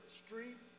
street